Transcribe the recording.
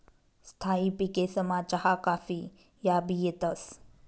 स्थायी पिकेसमा चहा काफी याबी येतंस